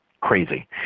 crazy